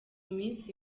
minsi